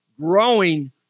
growing